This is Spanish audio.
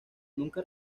nunca